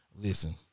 Listen